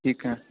ਠੀਕ ਹੈ